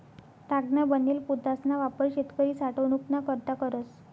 तागना बनेल पोतासना वापर शेतकरी साठवनूक ना करता करस